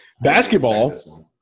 Basketball